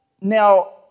Now